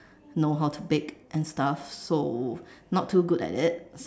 know how to bake and stuff so not too good at it